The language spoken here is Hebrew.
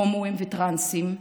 הומואים וטרנסים?